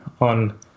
on